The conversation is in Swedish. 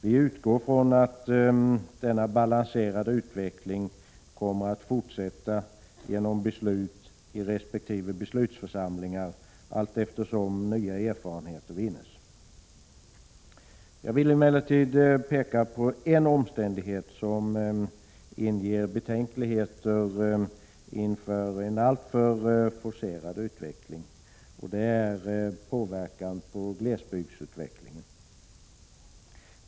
Vi utgår ifrån att denna balanserade utveckling kommer att fortsätta genom beslut i resp. beslutsförsamlingar allteftersom nya erfarenheter vinns. Jag vill emellertid peka på en omständighet som inger betänkligheter inför en alltför forcerad utveckling, och det är påverkan på glesbygdsutvecklingen.